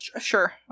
Sure